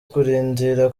kurindira